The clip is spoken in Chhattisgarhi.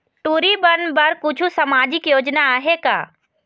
टूरी बन बर कछु सामाजिक योजना आहे का?